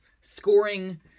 scoring